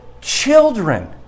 children